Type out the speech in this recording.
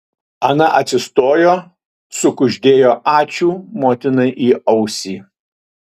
ana atsistojo sukuždėjo ačiū motinai į ausį